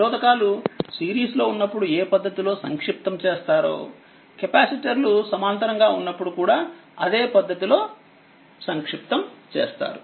నిరోధకాలు సిరీస్ లో ఉన్నప్పుడు ఏ పద్ధతిలో సంక్షిప్తం చేస్తారో కెపాసిటర్లు సమాంతరంగా ఉన్నప్పుడు కూడా అదే పద్ధతిలో సంక్షిప్తం చేస్తారు